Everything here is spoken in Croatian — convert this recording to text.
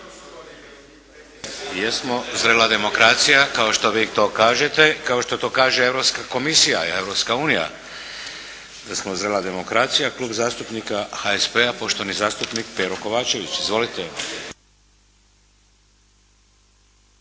Jesmo zrela demokracija kao što vi to kažete. Kao što to kažete Europska komisija i Europska unija da smo zrela demokracija. Klub zastupnika HSP-a poštovani zastupnik Pero Kovačević. Izvolite.